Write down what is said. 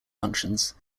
functions